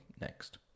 next